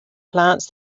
plants